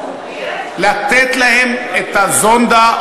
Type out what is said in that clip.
לתת להם את הזונדה,